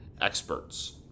experts